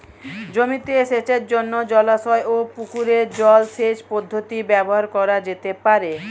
জমিতে সেচের জন্য জলাশয় ও পুকুরের জল সেচ পদ্ধতি ব্যবহার করা যেতে পারে?